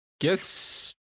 guess